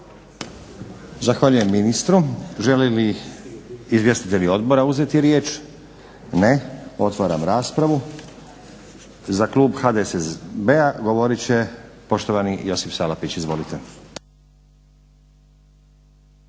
Zahvaljujem ministru. Želi li izvjestitelji odbora uzeti riječ? Ne. Otvaram raspravu. Za klub HDSSB-a govorit će poštovani Josip Salapić. Izvolite.